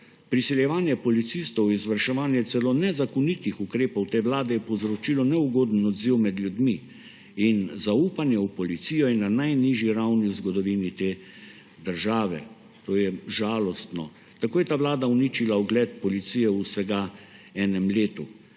Prisiljevanje policistov, izvrševanje celo nezakonitih ukrepov te vlade je povzročilo neugoden odziv med ljudmi. Zaupanje v policijo je na najnižji ravni v zgodovini te države. To je žalostno. Tako je ta vlada uničila ugled policije v vsega enem letu.